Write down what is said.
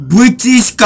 British